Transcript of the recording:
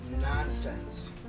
nonsense